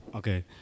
Okay